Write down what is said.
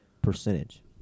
Percentage